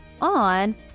on